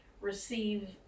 receive